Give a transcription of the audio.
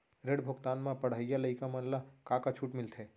ऋण भुगतान म पढ़इया लइका मन ला का का छूट मिलथे?